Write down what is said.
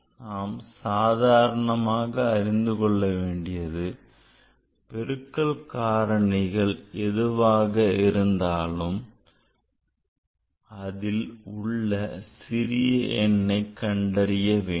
நாம் அறிந்துகொள்ள வேண்டியது பெருக்கல் காரணிகள் எதுவாக இருந்தாலும் அதில் உள்ள சிறிய எண்ணை கண்டறிய வேண்டும்